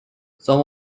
some